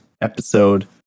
episode